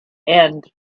end